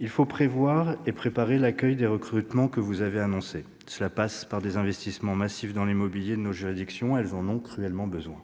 il faut prévoir et préparer l'accueil des recrutements que vous avez annoncés. Cela passe par des investissements massifs dans l'immobilier de nos juridictions, qui en ont cruellement besoin.